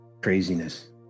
craziness